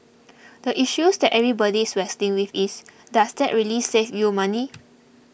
the issues that everybody is wrestling with is does that really save you money